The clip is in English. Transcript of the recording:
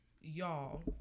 y'all